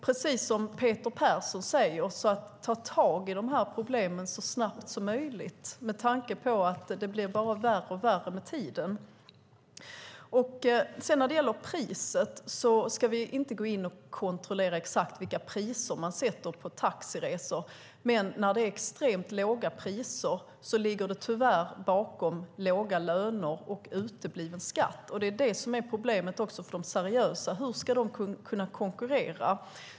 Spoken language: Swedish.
Precis som Peter Persson säger: Ta tag i de här problemen så snabbt som möjligt med tanke på att det med tiden bara blir värre och värre! Vi ska inte gå in och kontrollera exakt vilka priser som sätts på taxiresor. Men bakom extremt låga priser ligger, tyvärr, låga löner och utebliven skatt. Detta blir ett problem också för de seriösa. Hur ska de kunna konkurrera?